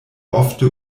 ofte